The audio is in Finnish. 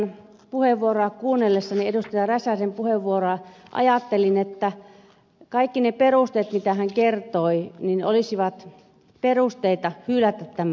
räsäsen puheenvuoroa kuunnellessani ajattelin että kaikki ne perusteet joita hän kertoi olisivat perusteita hylätä tämä laki